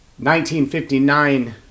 1959